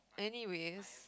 anyways